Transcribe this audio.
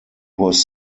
was